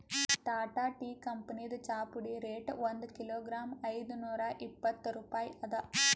Tata tea ಕಂಪನಿದ್ ಚಾಪುಡಿ rate ಒಂದ್ ಕಿಲೋಗಾ ಐದ್ನೂರಾ ಇಪ್ಪತ್ತ್ ರೂಪಾಯಿ ಅದಾ